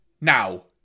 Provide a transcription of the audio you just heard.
now